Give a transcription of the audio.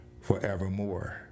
forevermore